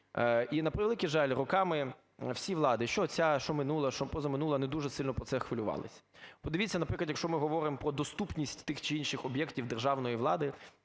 І на превеликий жаль, роками всі влади – що ця, що минула, що позаминула – не дуже сильно про це хвилювалися. Подивіться, наприклад, якщо ми говоримо про доступність тих чи інших об'єктів державної влади,